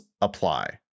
apply